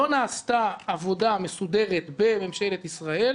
לא נעשתה עבודה מסודרת בממשלת ישראל